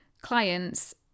clients